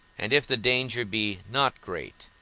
and if the danger be not great,